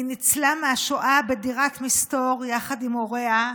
היא ניצלה מהשואה בדירת מסתור יחד עם הוריה,